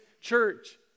church